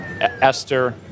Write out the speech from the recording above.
Esther